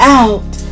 out